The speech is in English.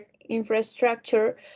infrastructure